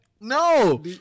No